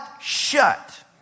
shut